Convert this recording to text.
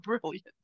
brilliant